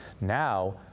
Now